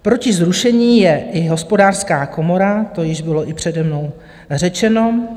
Proti zrušení je i Hospodářská komora, to již bylo i přede mnou řečeno.